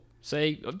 say